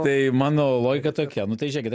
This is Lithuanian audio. tai mano logika tokia nu tai žėkit